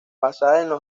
basada